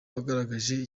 wagaragaje